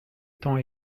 temps